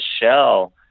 shell